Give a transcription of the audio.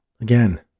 Again